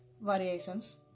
Variations